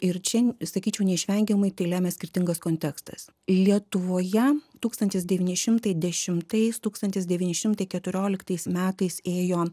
ir čia sakyčiau neišvengiamai tai lemia skirtingas kontekstas lietuvoje tūkstantis devyni šimtai dešimtais tūkstantis devyni šimtai keturioliktais metais ėjo